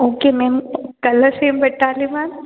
okay ma'am colours ఏం పెట్టాలి ma'am